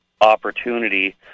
opportunity